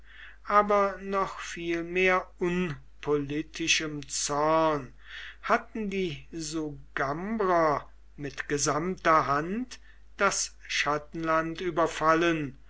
aber noch vielmehr unpolitischem zorn hatten die sugambrer mit gesamter hand das chattenland überfallen